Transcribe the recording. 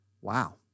Wow